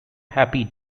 happy